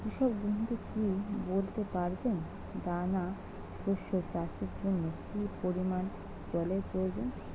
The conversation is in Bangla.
কৃষক বন্ধু কি বলতে পারবেন দানা শস্য চাষের জন্য কি পরিমান জলের প্রয়োজন?